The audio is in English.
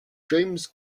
james